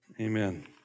Amen